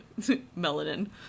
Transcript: melanin